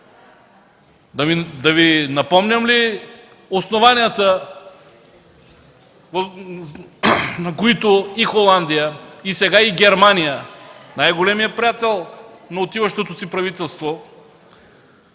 Да Ви напомням ли основанията, по които и Холандия, сега и Германия – най-големият приятел на отиващото си правителство,